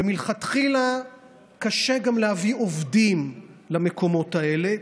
ומלכתחילה קשה גם להביא עובדים למקומות האלה,